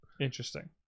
Interesting